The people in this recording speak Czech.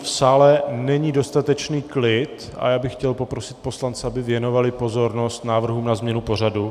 V sále není dostatečný klid a já bych chtěl poprosit poslance, aby věnovali pozornost návrhům na změnu pořadu.